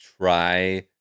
try